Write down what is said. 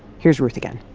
here's ruth again